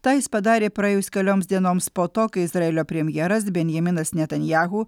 tą jis padarė praėjus kelioms dienoms po to kai izraelio premjeras benjaminas netanjahu